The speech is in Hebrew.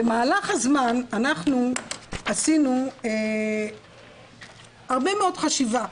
במהלך הזמן אנחנו עשינו הרבה מאוד חשיבה,